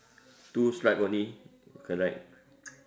two stripe only correct